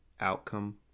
outcome